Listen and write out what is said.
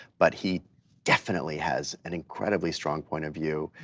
but he definitely has an incredibly strong point of view.